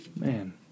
Man